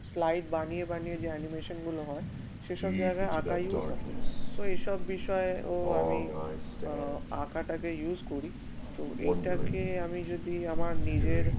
slide বানিয়ে বানিয়ে যে অ্যানিমেশানগুলো হয় সেসব জায়গায় আঁকা ইউজ হয় তো এইসব বিষয়েও আমি আঁকাটাকে ইউজ করি তো এইটাকে আমি যদি আমার নিজের